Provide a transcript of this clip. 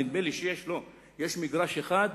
נדמה לי שיש מגרש אחד,